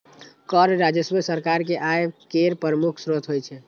कर राजस्व सरकार के आय केर प्रमुख स्रोत होइ छै